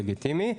לגיטימי.